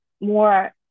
more